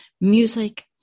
music